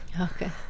Okay